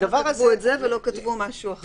למה כתבו את זה ולא כתבו משהו אחר.